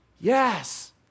Yes